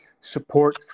support